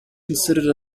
considered